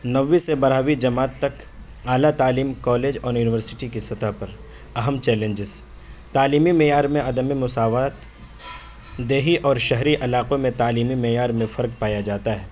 نوی سے بارہویں جماعت تک اعلیٰ تعلیم کالج اور یونیورسٹی کے سطح پر اہم چیلنجز تعلیمی معیار میں عدم مساوات دیہی اور شہری علاقوں میں تعلیمی معیار میں فرق پایا جاتا ہے